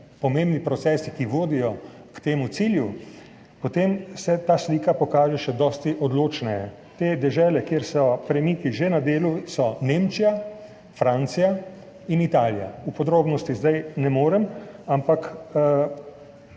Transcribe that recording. pomembni procesi, ki vodijo k temu cilju, potem se ta slika pokaže še dosti odločneje. Te dežele, kjer so premiki že na delu, so Nemčija, Francija in Italija. V podrobnosti zdaj ne morem, ampak